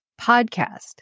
podcast